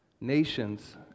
Nations